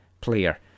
Player